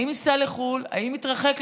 האם ניסע לחו"ל, האם נתרחק,